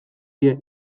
die